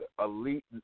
elite